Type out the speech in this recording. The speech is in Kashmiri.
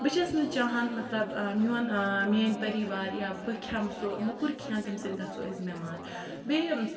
بہٕ چھَس نہٕ چاہان مَطلَب میٚون میٲنۍ پریٖوار یا بہٕ کھیٚمہٕ سُہ موٚکُر کھیٚن تمہِ سۭتۍ گَژھو أسۍ بیٚمار بیٚیہِ